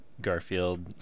Garfield